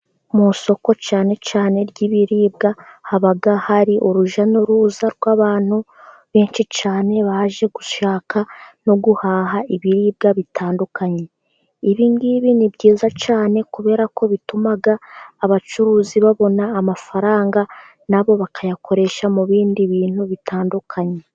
Mu isoko cyane cyane ry'ibiribwa, haba hari urujya n'uruza rw'abantu benshi cyane, baje gushaka no guhaha ibiribwa bitandukanye. Ibi ngibi ni byiza cyane, kubera ko bituma abacuruzi babona amafaranga, na bo bakayakoresha mu bindi bintu bitandukanye.